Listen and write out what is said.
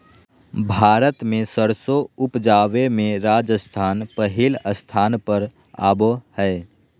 भारत मे सरसों उपजावे मे राजस्थान पहिल स्थान पर आवो हय